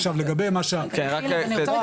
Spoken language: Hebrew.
עכשיו לגבי מה ש --- אני רוצה רגע